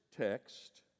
text